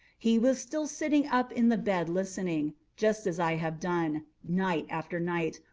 he was still sitting up in the bed listening just as i have done, night after night,